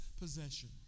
possession